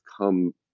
come